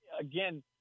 again